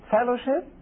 Fellowship